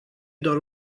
doar